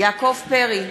יעקב פרי,